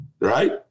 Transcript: Right